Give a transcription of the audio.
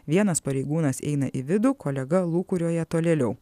vienas pareigūnas eina į vidų kolega lūkuriuoja tolėliau